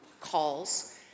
calls